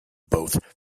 both